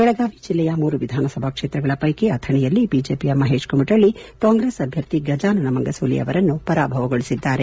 ಬೆಳಗಾವಿ ಜಿಲ್ಲೆಯ ಮೂರು ವಿಧಾನಸಭಾ ಕ್ಷೇತ್ರಗಳ ಪೈಕಿ ಅಥಣಿಯಲ್ಲಿ ಬಿಜೆಪಿಯ ಮಹೇಶ್ ಕುಮಟಳ್ಳಿ ಕಾಂಗ್ರೆಸ್ ಅಭ್ಯರ್ಥಿ ಗಜಾನನ ಮಂಗಸೂಲಿ ಅವರನ್ನು ಪರಾಭವಗೊಳಿಸಿದ್ದಾರೆ